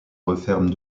referment